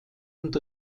und